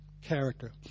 Character